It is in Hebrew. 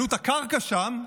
עלות הקרקע שם,